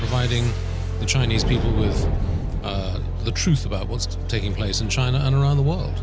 think the chinese people the truth about what's taking place in china and around the world